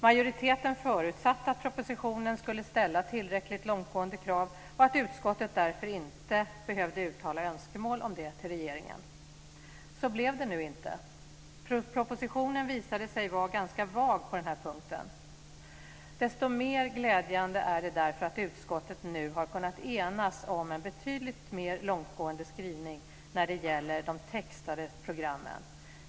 Majoriteten förutsatte att propositionen skulle ställa tillräckligt långtgående krav och att utskottet därför inte behövde uttala önskemål om det till regeringen. Så blev det nu inte. Propositionen visade sig vara ganska vag på den här punkten. Desto mer glädjande är det nu att utskottet har kunnat enas om en betydligt mer långtgående skrivning när det gäller de textade programmen.